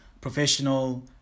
professional